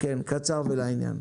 קצר ולעניין.